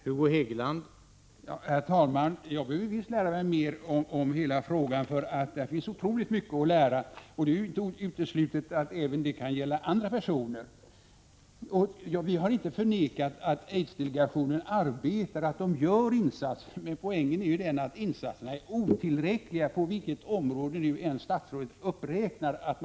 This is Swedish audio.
Herr talman! Jag behöver visst lära mig mer om denna fråga. Här finns otroligt mycket att lära, och det är inte uteslutet att det kan gälla även andra personer. Vi har inte förnekat att aidsdelegationen arbetar och gör insatser. Men poängen är att insatserna är otillräckliga på alla de områden som statsrådet här räknade upp.